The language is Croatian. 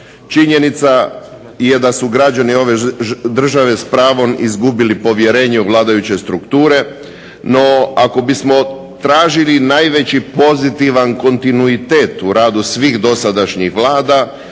činjenica je da su građani ove zemlje s pravom izgubili povjerenje u vladajuće strukture, no ako bismo tražili najveći pozitivan kontinuitet u radu svih dosadašnjih vlada